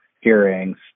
hearings